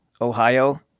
Ohio